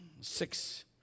six